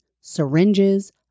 syringes